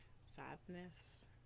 Sadness